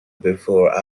before